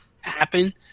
happen